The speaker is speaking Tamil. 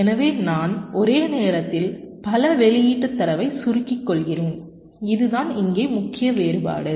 எனவே நான் ஒரே நேரத்தில் பல வெளியீட்டு தரவைச் சுருக்கிக் கொள்கிறேன் இதுதான் இங்கே முக்கிய வேறுபாடு